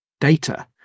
data